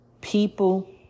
people